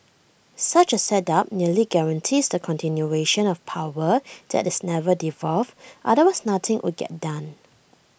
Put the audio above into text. such A setup nearly guarantees the continuation of power that is never devolved otherwise nothing would get done